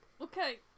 Okay